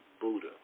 Buddha